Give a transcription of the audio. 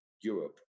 Europe